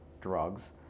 drugs